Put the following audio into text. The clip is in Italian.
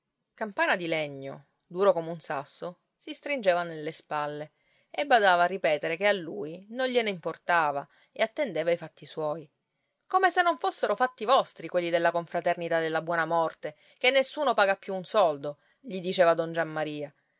campana di legno duro come un sasso si stringeva nelle spalle e badava ripetere che a lui non gliene importava e attendeva ai fatti suoi come se non fossero fatti vostri quelli della confraternita della buona morte che nessuno paga più un soldo gli diceva don giammaria